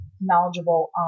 knowledgeable